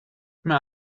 mir